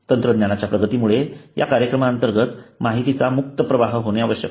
तंत्रज्ञानाच्या प्रगतीमुळे या कार्यक्रमाअंतर्गत माहितीचा मुक्त प्रवाह होणे आवश्यक आहे